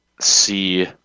see